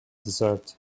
desert